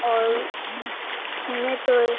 اور میں تو